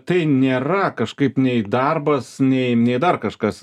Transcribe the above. tai nėra kažkaip nei darbas nei nei dar kažkas